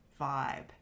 vibe